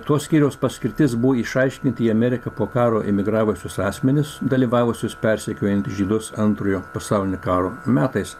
tuo skyriaus paskirtis buvo išaiškinti į ameriką po karo emigravusius asmenis dalyvavusius persekiojant žydus antrojo pasaulinio karo metais